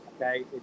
okay